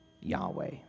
Yahweh